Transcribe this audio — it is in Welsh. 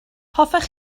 hoffech